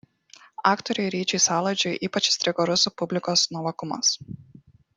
aktoriui ryčiui saladžiui ypač įstrigo rusų publikos nuovokumas